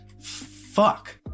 Fuck